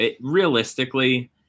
realistically